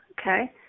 Okay